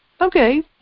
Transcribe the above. Okay